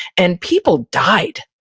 and people died.